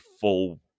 full